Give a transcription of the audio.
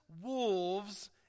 wolves